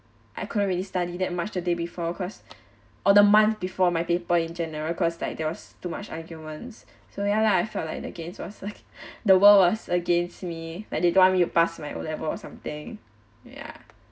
I couldn't really study that much the day before cause or the month before my paper in general cause like there was too much arguments so ya lah I felt like the against was the world was against me like they don't want me to pass my O level or something ya